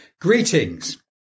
greetings